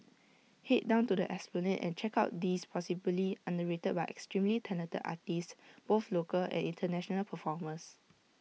Head down to the esplanade and check out these possibly underrated but extremely talented artists both local and International performers